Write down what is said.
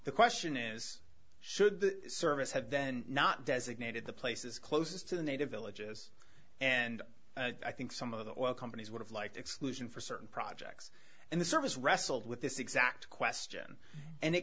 the question is should the service have then not designated the places closest to the native villages and i think some of the oil companies would have liked exclusion for certain projects and the service wrestled with this exact question and